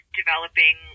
developing